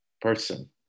person